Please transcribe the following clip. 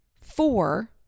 four